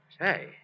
Hey